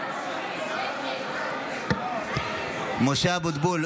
(קוראת בשמות חברי הכנסת) משה אבוטבול,